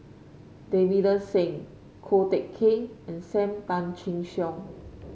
Davinder Singh Ko Teck Kin and Sam Tan Chin Siong